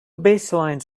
baselines